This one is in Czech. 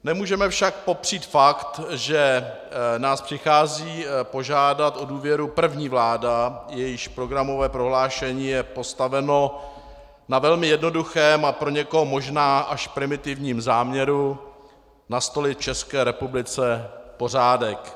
Nemůžeme však popřít fakt, že nás přichází požádat o důvěru první vláda, jejíž programové prohlášení je postaveno na velmi jednoduchém a pro někoho možná až primitivním záměru nastolit v České republice pořádek.